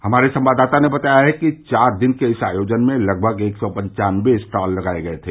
हमारे संवाददाता ने बताया है कि चार दिन के इस आयोजन में लगभग एक सौ पन्वानबे स्टॉल लगाये गये है